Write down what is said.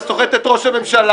אתה סוחט את ראש הממשלה,